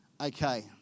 Okay